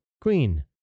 queen